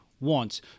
wants